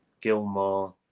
Gilmore